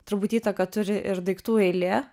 turbūt įtaką turi ir daiktų eilė